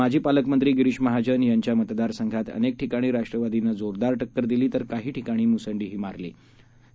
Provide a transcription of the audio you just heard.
माजीपालकमंत्रीगिरीशमहाजनयांच्यामतदारसंघातअनेकठिकाणीराष्ट्रवादीनंजोरदारट क्करदिली काहीठिकाणीमुसंडीहीमारलीआहे